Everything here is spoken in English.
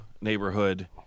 neighborhood